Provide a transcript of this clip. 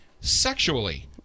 sexually